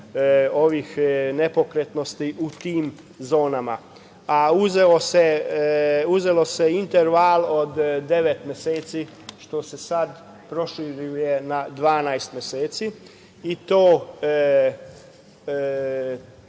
ovih nepokretnosti u tim zonama, a uzeo se interval od devet meseci, što se sad proširuje na 12 meseci, i to